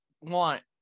want